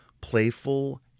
playful